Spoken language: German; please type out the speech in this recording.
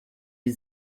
die